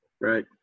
Right